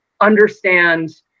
understand